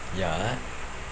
ya lah